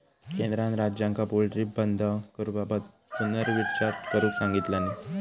केंद्रान राज्यांका पोल्ट्री बंद करूबाबत पुनर्विचार करुक सांगितलानी